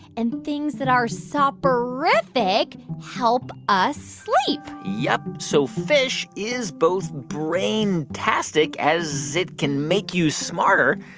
and things that are soporific help us sleep yup. so fish is both brain-tastic, as it can make you smarter.